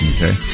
Okay